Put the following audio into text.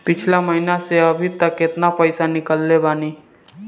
पिछला महीना से अभीतक केतना पैसा ईकलले बानी?